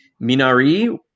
minari